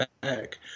back